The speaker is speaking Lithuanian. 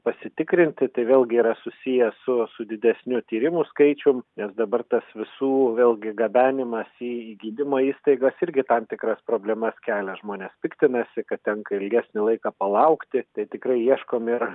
pasitikrinti tai vėlgi yra susiję su su didesniu tyrimų skaičium nes dabar tas visų vėlgi gabenimas į gydymo įstaigas irgi tam tikras problemas kelia žmonės piktinasi kad tenka ilgesnį laiką palaukti tai tikrai ieškom ir